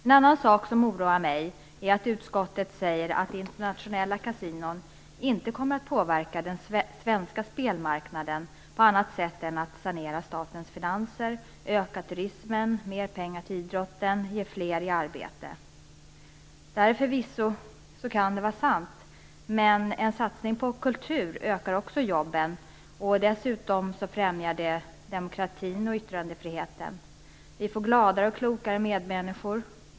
En annan sak som oroar mig är att utskottet säger att internationella kasinon inte kommer att påverka den svenska spelmarknaden på annat sätt än att de kommer att sanera statens finanser, öka turismen, ge mer pengar till idrotten och ge fler arbete. Detta kan förvisso vara sant, men en satsning på kultur ökar också antalet jobb. Dessutom främjar den demokratin och yttrandefriheten, och vi får gladare och klokare medmänniskor.